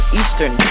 eastern